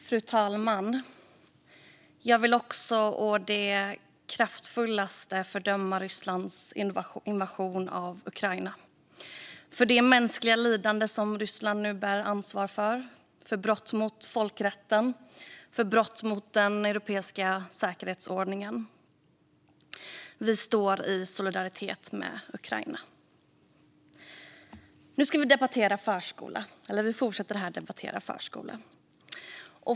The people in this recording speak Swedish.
Fru talman! Också jag vill å det kraftfullaste fördöma Rysslands invasion av Ukraina, för det mänskliga lidande som Ryssland nu bär ansvar för, brott mot folkrätten och brott mot den europeiska säkerhetsordningen. Vi står i solidaritet med Ukraina. Nu fortsätter vi att här debattera förskolan.